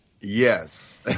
Yes